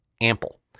ample